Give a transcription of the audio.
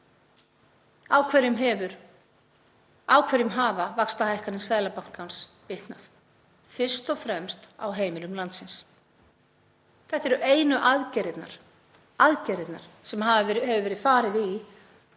Á hverjum hafa vaxtahækkanir Seðlabankans bitnað? Fyrst og fremst á heimilum landsins. Þetta eru einu aðgerðirnar sem farið hefur verið í